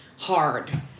hard